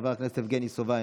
חבר הכנסת יבגני סובה,